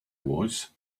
was